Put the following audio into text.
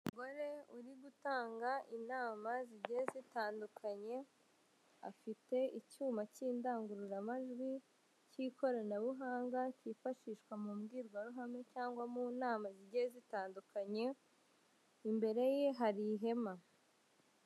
Umugore uri gutanga inama zigiye zitandukanye afite icyuma cy'indangururamajwi k'ikoranabuhanga cyifashishwa mu mbwirwaruhame cyangwa mu nama zigiye zitandukanye imbere ye hari ihema.